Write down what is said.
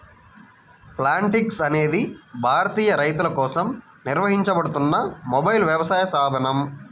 Plantix అనేది భారతీయ రైతులకోసం నిర్వహించబడుతున్న మొబైల్ వ్యవసాయ సాధనం